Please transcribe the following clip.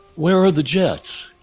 where are the jets?